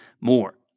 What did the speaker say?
more